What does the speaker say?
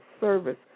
service